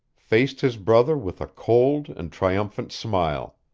faced his brother with a cold and triumphant smile.